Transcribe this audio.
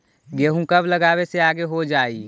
गेहूं कब लगावे से आगे हो जाई?